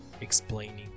explaining